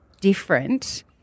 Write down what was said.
different